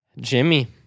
Jimmy